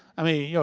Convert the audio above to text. i mean, yeah